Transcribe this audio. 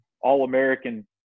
All-American